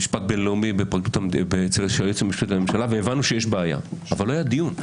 לממשלה למשפט בין-לאומי והבנו שיש בעיה אבל לא היה דיון.